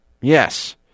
Yes